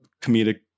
comedic